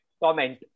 comment